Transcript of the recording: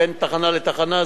בין תחנה לתחנה,